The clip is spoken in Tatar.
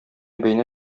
бәйнә